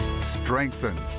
strengthen